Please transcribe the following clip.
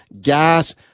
gas